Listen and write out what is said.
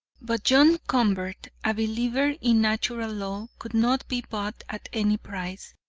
but john convert, a believer in natural law, could not be bought at any price,